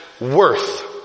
worth